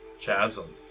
chasm